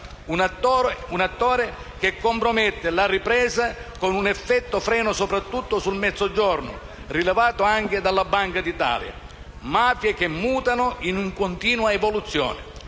un attore che compromette la ripresa, con un effetto freno soprattutto sul Mezzogiorno, rilevato anche dalla Banca d'Italia. Sono mafie che mutano, che sono in continua evoluzione.